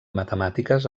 matemàtiques